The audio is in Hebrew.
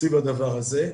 סביב הדבר הזה.